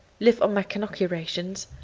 live on maconochie rations,